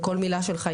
וכל מילה שלך,